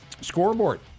Scoreboard